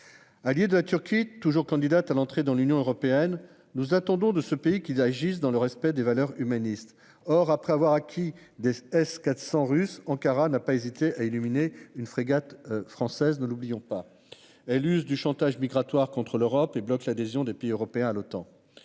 Alliés de la Turquie, toujours candidate à l'entrée dans l'Union européenne, nous attendons de ce pays qu'il agisse dans le respect des valeurs humanistes. Or, après avoir acquis des S-400 russes, Ankara n'a pas hésité à éliminer une frégate française, ne l'oublions pas. Elle use du chantage migratoire contre l'Europe et bloque l'adhésion des pays européens à l'Otan.